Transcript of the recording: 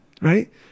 Right